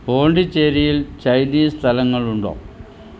പോണ്ടിച്ചേരിയിൽ Chinese സ്ഥലങ്ങളുണ്ടോ